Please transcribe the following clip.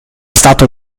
stato